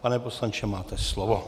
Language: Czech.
Pane poslanče, máte slovo.